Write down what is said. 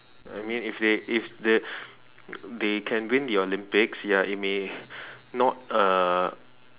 I mean if they if they they can win the Olympics ya it may not uh